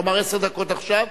כלומר עשר דקות עכשיו.